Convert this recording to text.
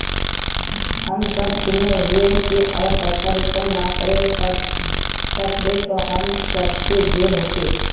हम सब सुनैय हिये की अगर पैसा रिटर्न ना करे सकबे तो हम सब के जेल होते?